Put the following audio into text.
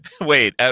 wait